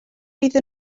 iddyn